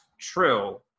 true